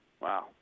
Wow